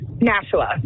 Nashua